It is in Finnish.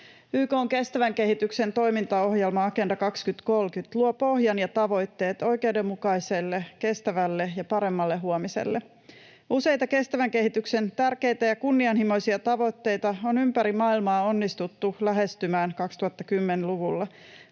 YK:n kestävän kehityksen toimintaohjelma Agenda 2030 luo pohjan ja tavoitteet oikeudenmukaiselle, kestävälle ja paremmalle huomiselle. Useita kestävän kehityksen tärkeitä ja kunnianhimoisia tavoitteita on ympäri maailmaa onnistuttu lähestymään 2010-luvulla.